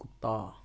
कुत्ता